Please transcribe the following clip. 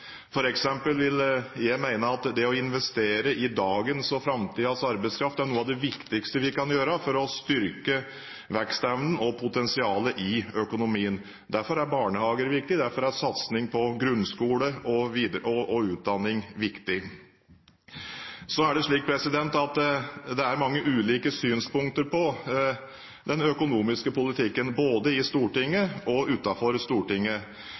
eksempel vil jeg mene at det å investere i dagens og framtidens arbeidskraft er noe av det viktigste vi kan gjøre for å styrke vekstevnen og potensialet i økonomien. Derfor er barnehager viktig, derfor er satsing på grunnskole og utdanning viktig. Så er det slik at det er mange ulike synspunkter på den økonomiske politikken både i og utenfor Stortinget.